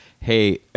hey